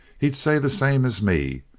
he'd say the same as me.